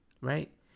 right